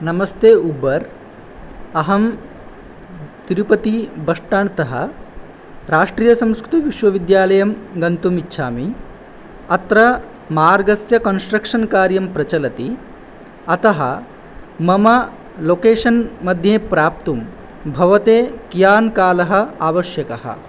नमस्ते ऊबर् अहं तिरुपति बस्टाण्ड् तः राष्ट्रीयसंस्कृतविश्वविद्यालयं गन्तुमिच्छामि अत्र मार्गस्य कन्स्ट्रक्षन् कार्ं प्रचलति अतः मम लोकेषन् मध्ये प्राप्तुं भवते कियान् कालः आवश्यकः